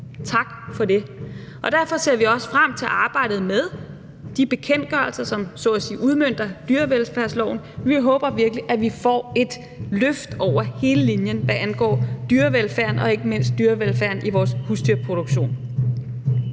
Tak for det. Derfor ser vi også frem til arbejdet med de bekendtgørelser, som så at sige udmønter dyrevelfærdsloven. Vi håber virkelig, at vi får et løft over hele linjen, hvad angår dyrevelfærden og ikke mindst dyrevelfærden i vores husdyrproduktionen.